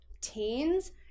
teens